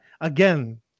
again